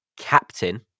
captain